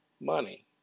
money